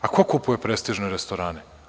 A ko kupuje prestižne restorane?